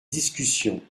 discussion